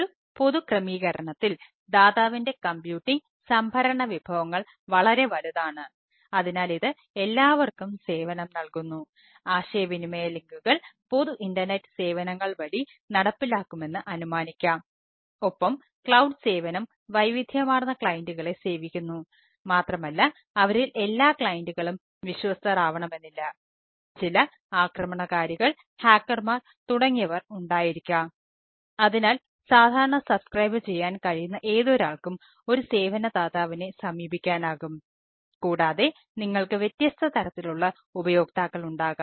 ഒരു പൊതു ക്രമീകരണത്തിൽ ദാതാവിന്റെ കമ്പ്യൂട്ടിംഗ് കഴിയുന്ന ഏതൊരാൾക്കും ഒരു സേവന ദാതാവിനെ സമീപിക്കാൻ ആകും കൂടാതെ നിങ്ങൾക്ക് വ്യത്യസ്ത തരത്തിലുള്ള ഉപയോക്താക്കളുണ്ടാകാം